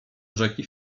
rzeki